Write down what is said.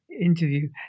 interview